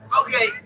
Okay